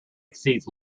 exceeds